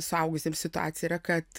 suaugusiem situacija yra kad